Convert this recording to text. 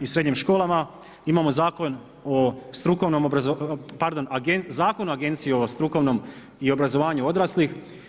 i srednjim školama, imamo Zakon o strukovnom, pardon Zakon o agenciji i o strukovnom, i o obrazovanju odraslih.